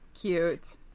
Cute